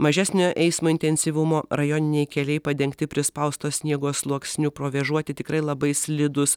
mažesnio eismo intensyvumo rajoniniai keliai padengti prispausto sniego sluoksniu provėžoti tikrai labai slidūs